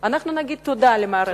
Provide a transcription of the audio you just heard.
נגיד תודה למערכת החינוך.